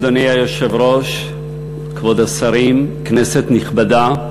אדוני היושב-ראש, כבוד השרים, כנסת נכבדה,